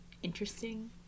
interesting